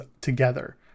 together